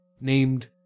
named